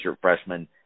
freshman